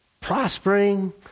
prospering